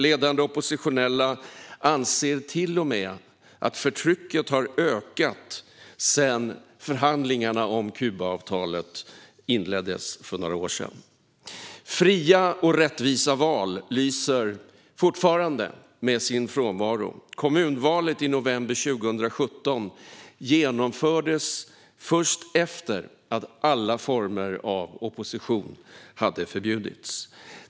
Ledande oppositionella anser till och med att förtrycket har ökat sedan förhandlingarna om Kubaavtalet inleddes för några år sedan. Fria och rättvisa val lyser fortfarande med sin frånvaro. Kommunvalet i november 2017 genomfördes först efter att alla former av opposition hade förbjudits.